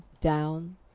Down